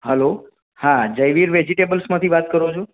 hello હા જયવીર વેજીટેબલ્સમાંથી વાત કરો છો